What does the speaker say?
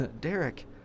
Derek